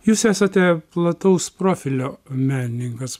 jūs esate plataus profilio menininkas